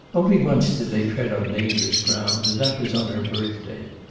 only once did they tread on dangerous ground, and that was on her birthday.